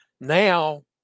now